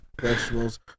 vegetables